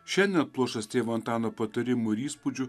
šiandien pluoštas tėvo antano patarimų ir įspūdžių